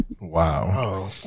Wow